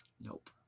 Nope